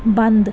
ਬੰਦ